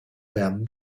them